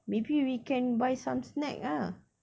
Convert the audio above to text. maybe we can buy some snack ah